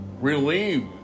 relieved